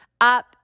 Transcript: up